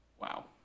Wow